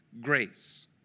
grace